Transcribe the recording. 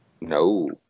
No